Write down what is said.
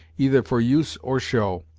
either for use or show.